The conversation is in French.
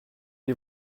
est